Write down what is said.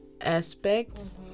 aspects